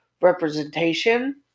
representation